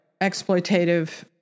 exploitative